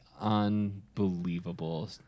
unbelievable